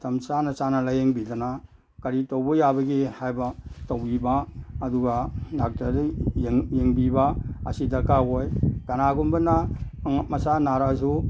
ꯃꯇꯝ ꯆꯥꯅ ꯆꯥꯅ ꯂꯥꯏꯌꯦꯡꯕꯤꯗꯅ ꯀꯔꯤ ꯇꯧꯕ ꯌꯥꯕꯒꯦ ꯍꯥꯏꯕ ꯇꯧꯕꯤꯕ ꯑꯗꯨꯒ ꯗꯥꯛꯇꯔꯗ ꯌꯦꯡꯕꯤꯕ ꯑꯁꯤ ꯗꯔꯀꯥꯔ ꯑꯣꯏ ꯀꯅꯥꯒꯨꯝꯕꯅ ꯃꯆꯥ ꯅꯥꯔꯛꯑꯁꯨ